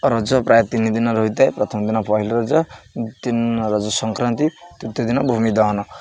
ରଜ ପ୍ରାୟ ତିନି ଦିନ ରହିଥାଏ ପ୍ରଥମ ଦିନ ପହିଲି ରଜ ଦ୍ୱିତୀୟ ଦିନ ରଜ ସଂକ୍ରାନ୍ତି ତୃତୀୟ ଦିନ ଭୂମି ଦହନ